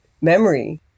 memory